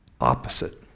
opposite